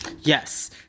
Yes